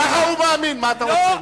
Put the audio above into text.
טוב, ככה הוא מאמין, מה אתה רוצה?